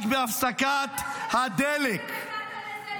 רק בהפסקת הדלק -- איך עד עכשיו נתת לזה לקרות?